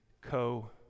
co-